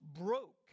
broke